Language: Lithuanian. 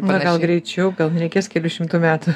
na gal greičiau gal nereikės kelių šimtų metų